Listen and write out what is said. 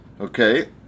Okay